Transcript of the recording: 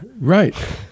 Right